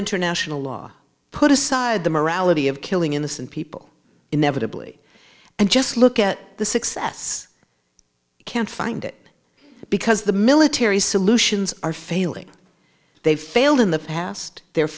international law put aside the morality of killing innocent people in never to bully and just look at the success can't find it because the military solutions are failing they've failed in the past they're